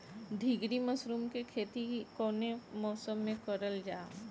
ढीघरी मशरूम के खेती कवने मौसम में करल जा?